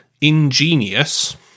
ingenious